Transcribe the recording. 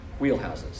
wheelhouses